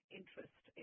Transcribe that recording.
interest